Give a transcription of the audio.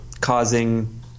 causing